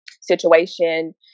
situation